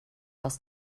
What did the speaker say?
aus